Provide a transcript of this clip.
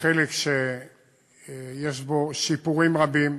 חלק שיש בו שיפורים רבים,